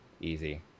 easy